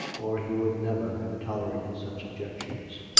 or he would never have tolerated such objections.